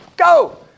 go